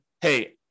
hey